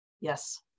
Yes